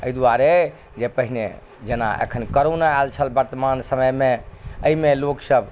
एहि दुआरे जे पहिने जेना अखन करोना आयल छल वर्तमान समयमे एहिमे लोकसब